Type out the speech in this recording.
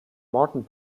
morton